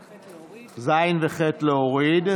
וח' להוריד.